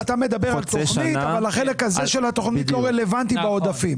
אתה אומר שהחלק הזה של התוכנית לא רלוונטי בעודפים.